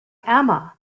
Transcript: amma